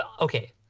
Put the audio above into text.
Okay